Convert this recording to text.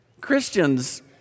Christians